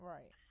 Right